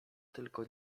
tylko